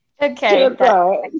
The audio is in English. okay